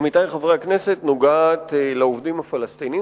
עמיתי חברי הכנסת, נוגעת לעובדים הפלסטינים.